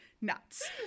nuts